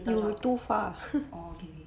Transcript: you were too far